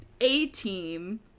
A-team